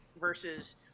versus